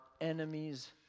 enemies